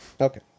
Okay